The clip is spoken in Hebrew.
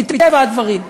מטבע הדברים.